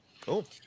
cool